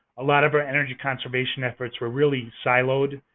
a lot of our energy conservation efforts were really siloed.